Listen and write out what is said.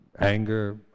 anger